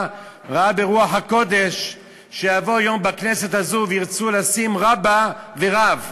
ראה ברוח הקודש שיבוא יום בכנסת הזאת וירצו לשים רבה ורב.